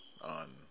on